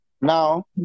Now